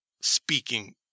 speaking